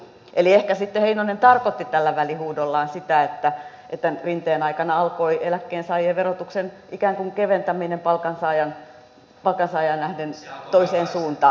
eli ehkä sitten heinonen tarkoitti tällä välihuudollaan sitä että rinteen aikana alkoi eläkkeensaajien verotuksen ikään kuin keventäminen palkansaajaan nähden toiseen suuntaan